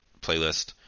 playlist